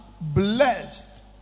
blessed